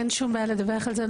אין שום בעיה לדווח על זה,